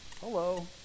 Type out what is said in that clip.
hello